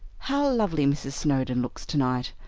how lovely mrs. snowdon looks tonight.